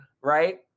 right